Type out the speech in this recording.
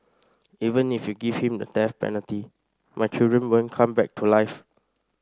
even if you give him the death penalty my children won't come back to life